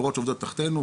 שעובדות תחתינו,